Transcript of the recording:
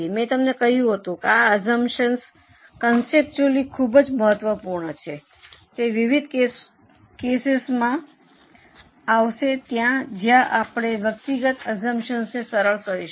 મેં તમને કહ્યું હતું કે આ અસ્સુમ્પ્શન્સ કોન્સપિચુલી ખૂબ જ મહત્વપૂર્ણ છે તે વિવિધ કેસોમાં આવશો જ્યાં આપણે વ્યક્તિગત અસ્સુમ્પ્શન્સને સરળ કરીશું